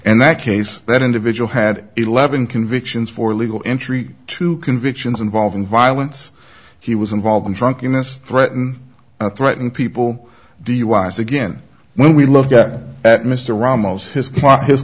and that case that individual had eleven convictions for legal entry two convictions involving violence he was involved in drunkenness threaten threaten people the wise again when we look at mr ramos his